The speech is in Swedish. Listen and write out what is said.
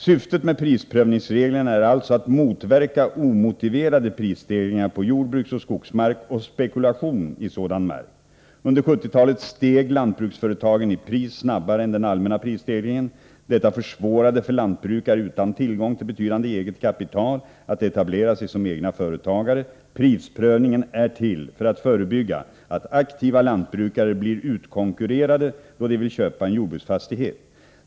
Syftet med prisprövningsregeln är alltså att motverka omotiverade pris stegringar på jordbruksoch skogsmark och spekulation i sådan mark. Under 1970-talet steg lantbruksföretagen i pris snabbare än den allmänna prisstegringen. Detta försvårade för lantbrukare utan tillgång till betydande eget kapital att etablera sig som egna företagare. Prisprövningen är till för att förebygga att aktiva lantbrukare blir utkonkurrerade då de vill köpa en jordbruksfastighet.